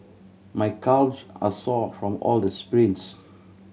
my calves are sore from all the sprints